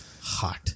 hot